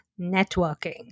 networking